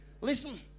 Listen